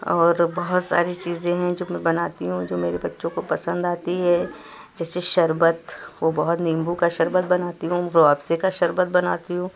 اور بہت ساری چیزیں ہیں جو میں بناتی ہوں جو میرے بچوں کو پسند آتی ہیں جیسے شربت وہ بہت نمبو کا شربت بناتی ہوں روح افزے کا شربت بناتی ہوں